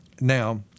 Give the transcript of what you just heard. Now